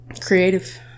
creative